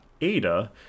ada